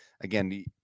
again